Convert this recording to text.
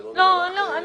זה לא נראה לך --- לא, אני